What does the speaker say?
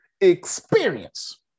experience